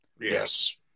Yes